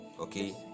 okay